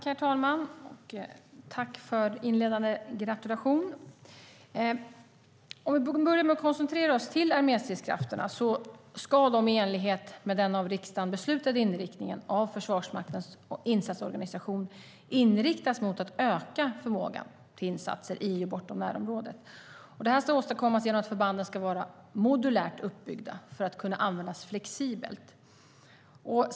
Herr talman! Tack för inledande gratulation! Om vi börjar med att koncentrera oss på arméstridskrafterna kan jag säga att de i enlighet med den av riksdagen beslutade inriktningen av Försvarsmaktens insatsorganisation ska inriktas mot att öka förmågan till insatser i och bortom närområdet. Det ska åstadkommas genom att förbanden ska vara modulärt uppbyggda för att kunna användas flexibelt.